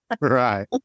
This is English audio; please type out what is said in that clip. right